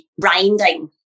grinding